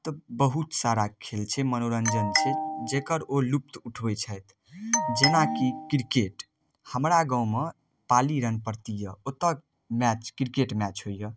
तऽ बहुत सारा खेल छै मनोरंजन छै जेकर ओ लुफ्त उठबैत छथि जेनाकि क्रिकेट हमरा गाँवमे पाली रमप्रति यऽ ओतऽ मैच क्रिकेट मैच होइया